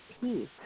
peace